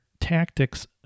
tactics